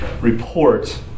report